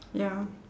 ya